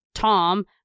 Tom